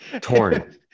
Torn